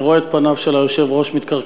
אני רואה את פניו של היושב-ראש מתכרכמות,